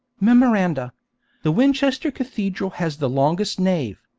memoranda the winchester cathedral has the longest nave.